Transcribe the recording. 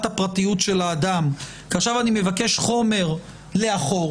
הפרטיות של האדם כי אני מבקש חומר לאחור